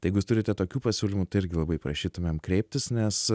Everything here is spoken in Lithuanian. tai jeigu jūs turite tokių pasiūlymų tai irgi labai prašytumėm kreiptis nes